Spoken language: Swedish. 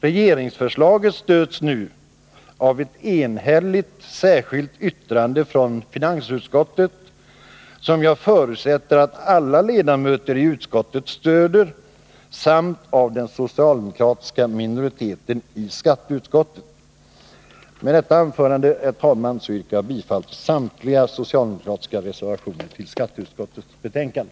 Regeringsförslaget stöds av ett enhälligt yttrande från finansutskottet, som jag förutsätter att alla ledamöter i utskottet står bakom, samt av den socialdemokratiska minoriteten i skatteutskottet. Med det anförda, herr talman, ber jag få yrka bifall till samtliga socialdemokratiska reservationer i skatteutskottets betänkande.